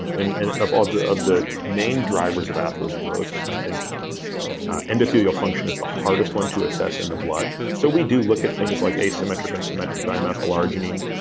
and of ah the of the main drivers of atherosclerosis, i think endothelial function is the hardest one to assess in the blood so we do look at things like asymmetric and symmetric dimethylarginine.